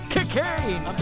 Cocaine